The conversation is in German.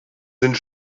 sind